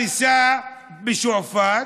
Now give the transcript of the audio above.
הריסה בשועפאט,